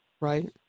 right